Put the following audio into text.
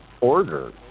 order